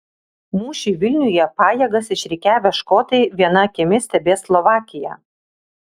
mūšiui vilniuje pajėgas išrikiavę škotai viena akimi stebės slovakiją